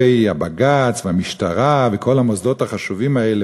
בג"ץ והמשטרה וכל המוסדות החשובים האלה,